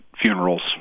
funerals